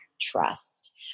trust